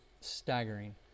staggering